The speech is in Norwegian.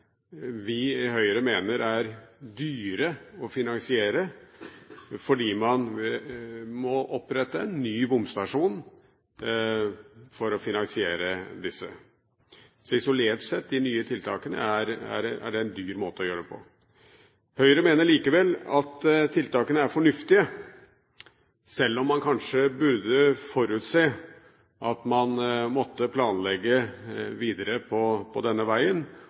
vi i Høyre mener er dyre å finansiere; man må opprette en ny bomstasjon for å finansiere disse. Så isolert sett er de nye tiltakene en dyr måte å gjøre det på. Høyre mener likevel at tiltakene er fornuftige, selv om man kanskje burde forutse at man måtte planlegge videre på denne veien,